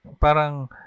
Parang